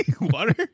Water